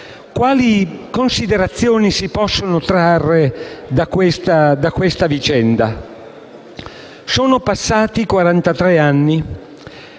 Quali considerazioni si possono trarre da questa vicenda? Sono passati